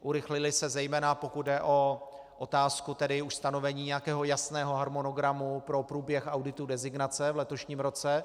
Urychlily se zejména, pokud jde o otázku tedy už stanovení nějakého jasného harmonogramu pro průběh auditu designace v letošním roce.